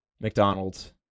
McDonald's